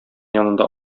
янында